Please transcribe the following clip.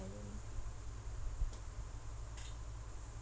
I don't